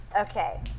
Okay